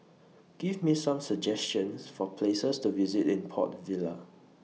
Give Me Some suggestions For Places to visit in Port Vila